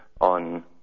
on